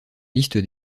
liste